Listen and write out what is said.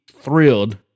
thrilled